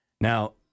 Now